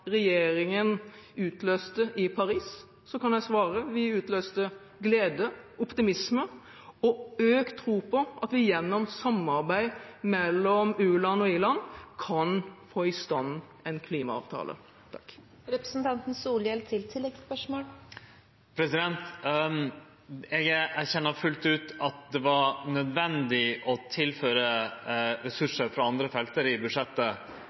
regjeringen utløste i Paris – kan jeg svare: Vi utløste glede, optimisme og økt tro på at vi gjennom samarbeid mellom u-land og i-land kan få i stand en klimaavtale. Eg erkjenner fullt ut at det var nødvendig å tilføre ressursar frå andre felt i budsjettet